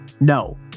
No